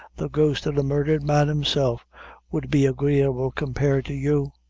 the ghost of the murdhered man himself would be agreeable compared to you.